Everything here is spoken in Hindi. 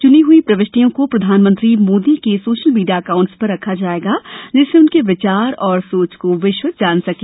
चनी गई प्रविष्टियों को प्रधानमंत्री मोदी के सोशल मीडिया अकाउंट्स पर रखा जाएगा जिससे उनके विचार और सोच को विश्व जान सके